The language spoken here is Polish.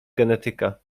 genetyka